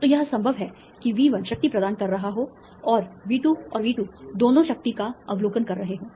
तो यह संभव है कि V1 शक्ति प्रदान कर रहा हो और V2 और V2 दोनों शक्ति का अवलोकन कर रहे हों